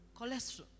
Cholesterol